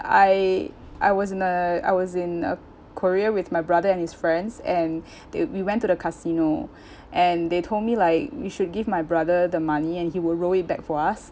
I I was in uh I was in uh korea with my brother and his friends and they we went to the casino and they told me like you should give my brother the money and he will roll it back for us